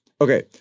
okay